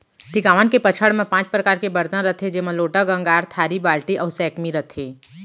टिकावन के पंचहड़ म पॉंच परकार के बरतन रथे जेमा लोटा, गंगार, थारी, बाल्टी अउ सैकमी रथे